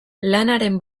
lanaren